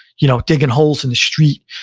you know digging holes in the street.